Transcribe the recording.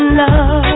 love